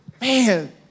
Man